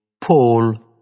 Paul